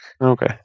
Okay